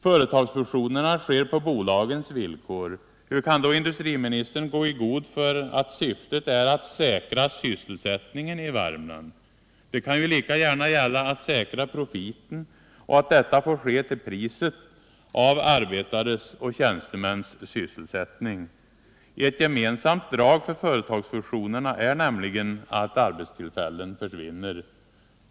Företagsfusionerna sker på bolagens villkor. Hur kan då industriministern gå i god för att syftet är att ”säkra sysselsättningen i Värmland”? Det kan lika gärna gälla att säkra profiten och att detta får ske till priset av arbetares och tjänstemäns sysselsättning. Ett gemensamt drag för företagsfusionerna är nämligen att arbetstillfällen försvinner.